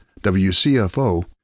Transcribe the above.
WCFO